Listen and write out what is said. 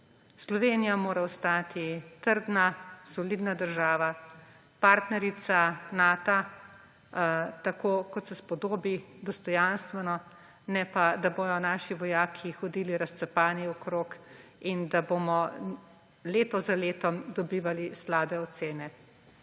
Slovenija mora ostati trdna, solidna država, partnerica Nata, tako kot se spodobi, dostojanstveno, ne pa da bodo naši vojaki hodili razcapani okoli in da bomo leto za letom dobivali slabe ocene.